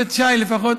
חבר הכנסת שי, לפחות,